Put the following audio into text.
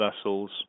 vessels